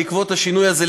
בעקבות השינוי הזה,